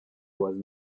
was